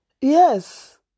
Yes